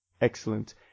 excellent